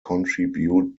contribute